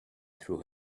threw